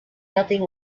nothing